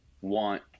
want